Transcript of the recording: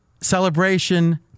celebration